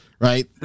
right